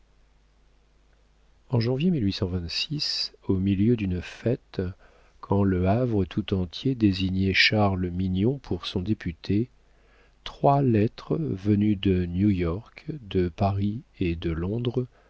au milieu d'une fête quand le havre tout entier désignait charles mignon pour son député trois lettres venues de new-york de paris et de londres